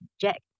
Jack